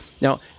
Now